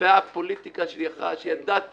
והפוליטיקה שלך, שידעת